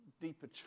deeper